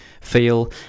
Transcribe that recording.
feel